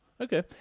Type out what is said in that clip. Okay